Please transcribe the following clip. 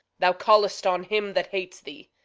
thou call'st on him that hates thee.